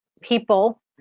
people